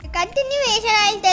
continuation